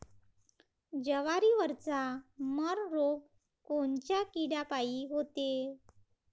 जवारीवरचा मर रोग कोनच्या किड्यापायी होते?